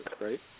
right